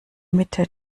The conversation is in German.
mitte